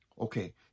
okay